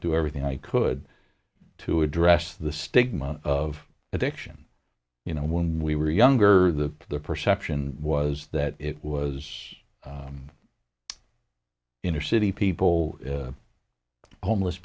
do everything i could to address the stigma of addiction you know when we were younger the perception was that it was inner city people homeless